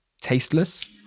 tasteless